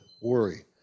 worry